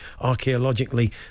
archaeologically